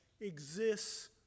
exists